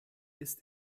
ist